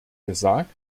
gesagt